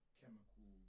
chemical